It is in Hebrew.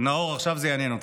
נאור, עכשיו זה יעניין אותך.